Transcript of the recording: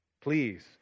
Please